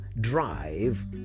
drive